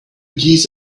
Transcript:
geese